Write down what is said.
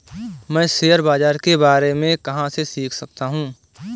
मैं शेयर बाज़ार के बारे में कहाँ से सीख सकता हूँ?